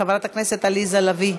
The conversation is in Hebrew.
חברת הכנסת עליזה לביא,